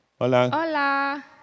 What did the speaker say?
Hola